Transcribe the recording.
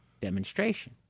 demonstration